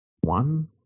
one